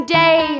day